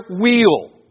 wheel